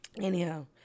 Anyhow